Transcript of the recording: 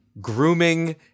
grooming